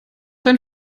dein